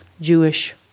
Jewish